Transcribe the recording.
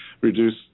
reduce